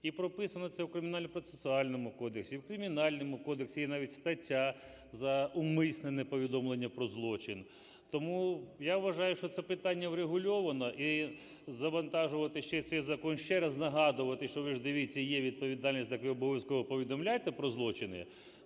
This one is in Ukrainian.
і прописано це в Кримінально-процесуальному кодексі, і в Кримінальному кодексі є навіть стаття за умисне неповідомлення про злочин. Тому я вважаю, що це питання врегульовано. І завантажувати ще цей закон, ще раз нагадувати, що ви ж дивіться, є відповідальність, так ви обов'язково повідомляйте про злочини,